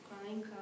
crying